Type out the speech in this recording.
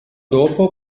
dopo